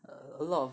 a lot of